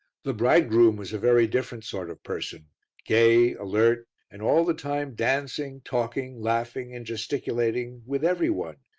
the bridegroom was a very different sort of person gay, alert and all the time dancing, talking, laughing and gesticulating with every one,